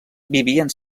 vivien